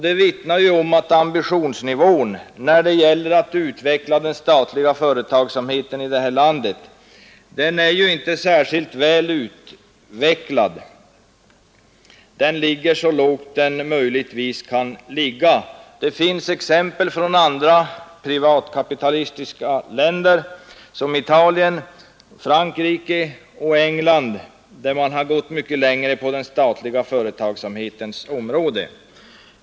Det vittnar om att ambitionsnivån när det gäller att utveckla den statliga företagsamheten i det här landet inte är särskilt väl utvecklad. Den ligger så lågt den möjligtvis kan ligga. Det finns exempel på andra privatkapitalistiska länder — Italien, Frankrike och England — där man har gått mycket längre på den statliga företagsamhetens område.